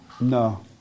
No